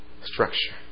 structure